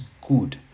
good